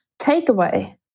takeaway